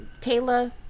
Kayla